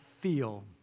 feel